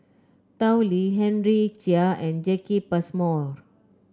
Tao Li Henry Chia and Jacki Passmore